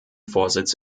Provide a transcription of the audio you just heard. vorsitz